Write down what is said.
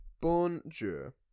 bonjour